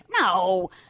No